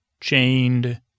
chained